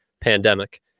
pandemic